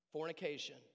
fornication